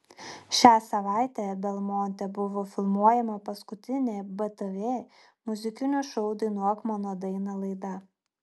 šią savaitę belmonte buvo filmuojama paskutinė btv muzikinio šou dainuok mano dainą laida